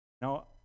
Now